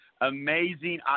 amazing